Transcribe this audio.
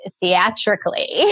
theatrically